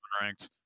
ranked